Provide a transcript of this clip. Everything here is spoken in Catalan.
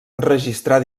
enregistrar